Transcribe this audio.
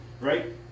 Right